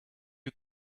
you